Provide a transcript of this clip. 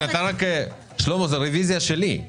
שלמה, זאת רביזיה שלי.